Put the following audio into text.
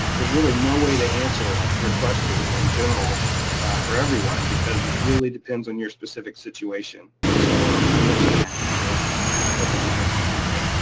there's really no way to answer your question in general for everyone because it really depends on your specific situation, and so um i mention that here in a couple of the answers we get.